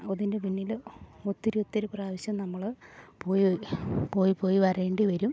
അതിൻ്റെ പിന്നിൽ ഒത്തിരി ഒത്തിരി പ്രാവശ്യം നമ്മൾ പോയി പോയി പോയി വരേണ്ടി വരും